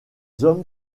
hommes